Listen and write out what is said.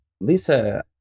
Lisa